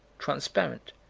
transparent,